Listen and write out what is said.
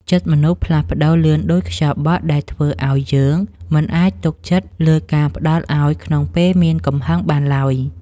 ចិត្តមនុស្សផ្លាស់ប្តូរលឿនដូចខ្យល់បក់ ដែលធ្វើឱ្យយើងមិនអាចទុកចិត្តលើការផ្ដល់ឱ្យក្នុងពេលមានកំហឹងបានឡើយ។